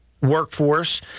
workforce